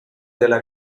della